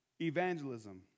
evangelism